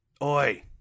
Oi